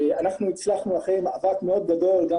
אנחנו הצלחנו אחרי מאבק מאוד גדול גם